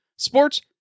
Sports